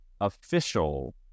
official